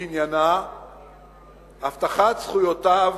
שעניינה הבטחת זכויותיו